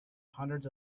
hundreds